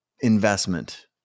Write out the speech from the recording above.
investment